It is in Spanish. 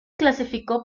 clasificó